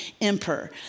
emperor